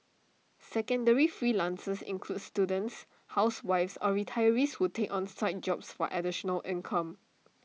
secondary freelancers includes students housewives or retirees who take on side jobs for additional income